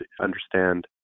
understand